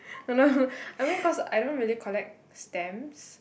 no no I mean because I don't really collect stamps